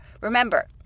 Remember